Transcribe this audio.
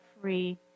free